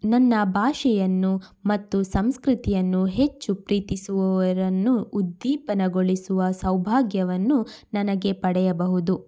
ನನ್ನ ಭಾಷೆಯನ್ನು ಮತ್ತು ಸಂಸ್ಕೃತಿಯನ್ನು ಹೆಚ್ಚು ಪ್ರೀತಿಸುವವರನ್ನು ಉದ್ದೀಪನಗೊಳಿಸುವ ಸೌಭಾಗ್ಯವನ್ನು ನನಗೆ ಪಡೆಯಬಹುದು